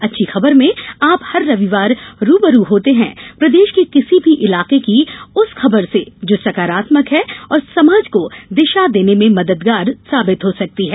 अच्छी खबर में आप हर रविवार रूबरू होते हैं प्रदेश के किसी भी इलाके की उस खबर से जो सकारात्मक है और समाज को दिशा देने में मददगार हो सकती है